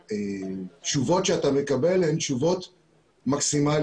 התשובות שאתה מקבל הן תשובות מקסימליות.